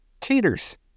Cheaters